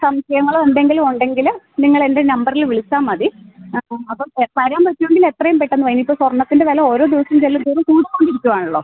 സംശയങ്ങൾ എന്തെങ്കിലും ഉണ്ടെങ്കിൽ നിങ്ങളെൻ്റെ നമ്പറിൽ വിളിച്ചാൽ മതി അപ്പം അപ്പം വരാൻ പറ്റുവെങ്കിൽ എത്രയും പെട്ടെന്ന് വാ ഇനി ഇപ്പ സ്വർണ്ണത്തിൻ്റെ വില ഓരോ ദിവസം ചെല്ലും തോറും കൂടിക്കൊണ്ടിരിക്കുവാല്ലോ